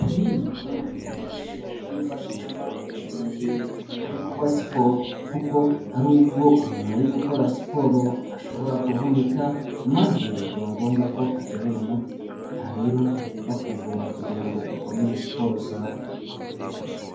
Ibi ni bimwe mu bikoresho byifashishwa mu gihe hari kuba siporo, kuko hari ubwo umuntu uri gukora siporo ashobora kuvunika, maze bikaba ngombwa ko akenera umuti, aha rero bahita bakuvura kugira ngo ukomeze siporo zawe.